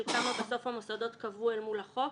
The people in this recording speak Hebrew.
של כמה בסוף המוסדות קבעו אל מול החוק,